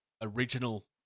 original